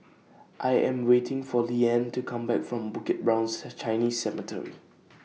I Am waiting For Liane to Come Back from Bukit Brown's Chinese Cemetery